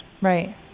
Right